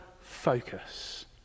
focus